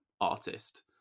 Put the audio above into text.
artist